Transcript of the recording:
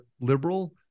liberal